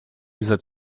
dieser